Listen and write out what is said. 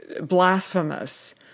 blasphemous